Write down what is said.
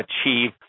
achieve